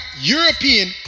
European